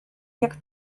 jak